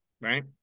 right